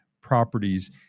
properties